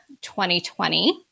2020